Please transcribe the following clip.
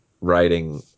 writing